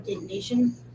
Nation